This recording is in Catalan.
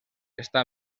està